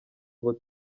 ngo